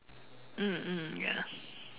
mm mm ya